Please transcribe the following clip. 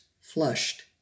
flushed